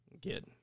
get